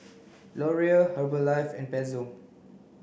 Laurier Herbalife and Pezzo